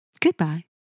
Goodbye